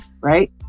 right